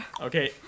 Okay